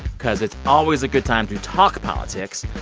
because it's always a good time to talk politics,